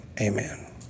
amen